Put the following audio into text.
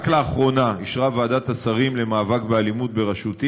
רק לאחרונה אישרה ועדת השרים למאבק באלימות בראשותי